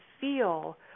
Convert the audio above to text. feel